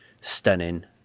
stunning